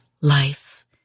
life